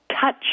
Touch